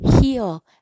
heal